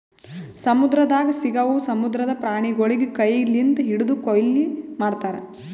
ಸಮುದ್ರದಾಗ್ ಸಿಗವು ಸಮುದ್ರದ ಪ್ರಾಣಿಗೊಳಿಗ್ ಕೈ ಲಿಂತ್ ಹಿಡ್ದು ಕೊಯ್ಲಿ ಮಾಡ್ತಾರ್